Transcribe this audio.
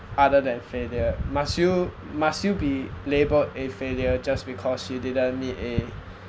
other than failure must you must you be labelled a failure just because you didn't meet a